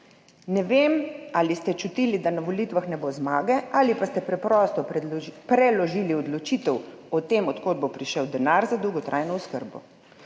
Ne vem, ali ste čutili, da na volitvah ne bo zmage, ali pa ste preprosto preložili odločitev o tem, od kod bo prišel denar za dolgotrajno oskrbo.